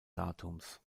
datums